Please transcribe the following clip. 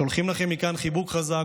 אנחנו שולחים לכם מכאן חיבוק חזק,